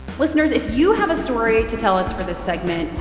listeners, if you have a story to tell us for this segment,